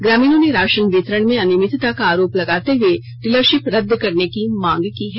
ग्रामीणों ने राशन वितरण में अनियमितता का आरोप लगाते हुए डीलरशिप रदद करने की मांग की है